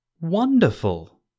Wonderful